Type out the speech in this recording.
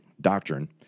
doctrine